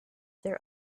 their